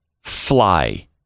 Fly